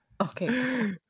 okay